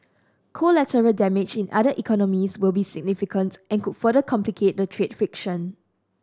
collateral damage in other economies will be significant and could further complicate the trade friction